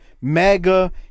Mega